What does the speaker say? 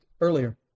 earlier